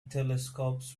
telescopes